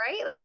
Right